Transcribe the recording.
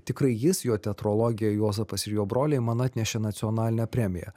tikrai jis jo teatrologija juozapas ir jo broliai man atnešė nacionalinę premiją